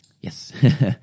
Yes